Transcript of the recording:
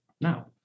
now